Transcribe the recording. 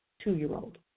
two-year-old